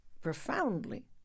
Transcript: profoundly